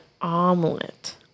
omelet